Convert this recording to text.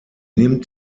nimmt